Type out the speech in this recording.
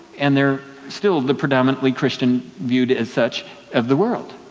and they're still the predominantly christian viewed as such of the world.